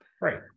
Right